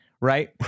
Right